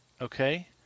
Okay